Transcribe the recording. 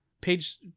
page